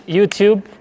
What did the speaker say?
YouTube